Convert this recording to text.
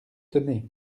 tenez